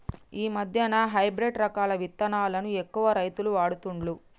ఈ మధ్యన హైబ్రిడ్ రకాల విత్తనాలను ఎక్కువ రైతులు వాడుతుండ్లు